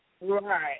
Right